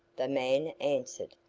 the man answered.